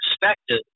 perspective